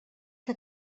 que